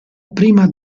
prima